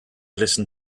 listen